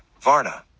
Varna